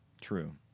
True